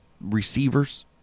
receivers